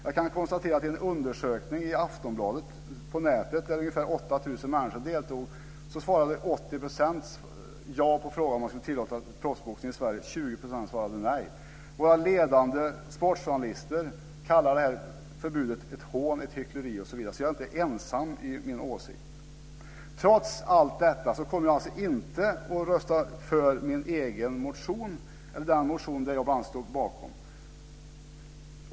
Jag kan konstatera att i en undersökning i Aftonbladet, på nätet, där ungefär 8 000 människor deltog svarade 80 % ja på frågan om man ska tillåta proffsboxning i Sverige. 20 % svarade nej. Våra ledande sportjournalister kallar detta förbud för ett hån, hyckleri osv., så jag är inte ensam i min åsikt. Trots allt detta kommer jag alltså inte att rösta för den motion som bl.a. jag står bakom.